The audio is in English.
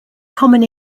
common